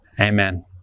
Amen